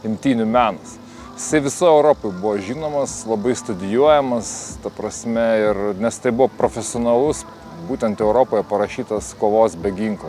imtynių menas jisai visoj europoj buvo žinomas labai studijuojamas ta prasme ir nes tai buvo profesionalus būtent europoje parašytas kovos be ginklo